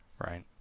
right